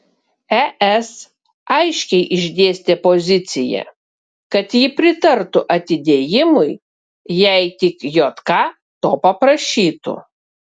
es aiškiai išdėstė poziciją kad ji pritartų atidėjimui jei tik jk to paprašytų